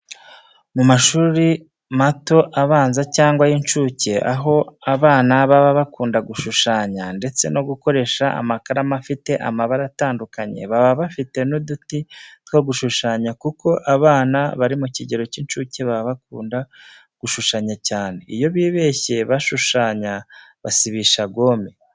Mu mashuri mato abanza, cyangwa y'incuke aho abana baba bakunda gushushanya, ndetse no gukoresha amakaramu afite amabara atandukanye, baba bafite n'uduti two gushushanya kuko abana bari mu kigero cy'incuke baba bakunda gushushanya cyane, iyo bibeshye bashushanya basibisha gome.